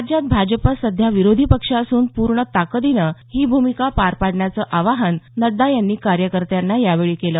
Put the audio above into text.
राज्यात भाजप सध्या विरोधी पक्ष असून पूर्ण ताकदीनं ही भुमिका पार पाडण्याचं आवाहन नड्डा यांनी कार्यकर्त्यांना यावेळी केलं